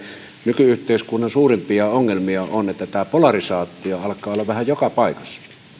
nyky yhteiskunnan suurimpia ongelmia on että tämä polarisaatio alkaa olla vähän joka paikassa ja